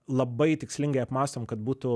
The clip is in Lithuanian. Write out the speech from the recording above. labai tikslingai apmąstom kad būtų